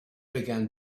began